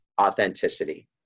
authenticity